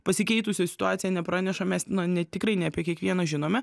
pasikeitusią situaciją nepraneša mes ne tikrai ne apie kiekvieną žinome